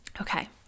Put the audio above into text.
Okay